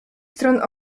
stron